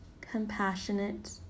compassionate